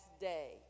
day